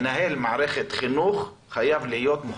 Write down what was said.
מנהל מערכת חינוך חייב להיות מוחרג.